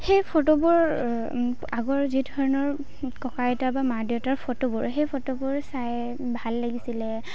সেই ফটোবোৰ আগৰ যিধৰণৰ ককা আইতা বা মা দেউতাৰ ফটোবোৰ সেই ফটোবোৰ চাই ভাল লাগিছিলে